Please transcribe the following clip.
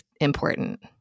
important